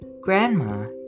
grandma